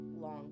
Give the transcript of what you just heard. long